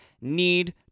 need